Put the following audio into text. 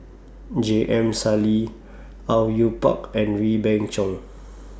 J M Sali Au Yue Pak and Wee Beng Chong